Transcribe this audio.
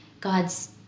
God's